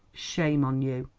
shame on you!